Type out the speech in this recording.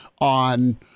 on